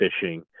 fishing